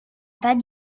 pas